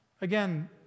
Again